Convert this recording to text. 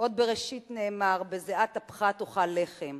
עוד בבראשית נאמר: "בזעת אפיך תאכל לחם",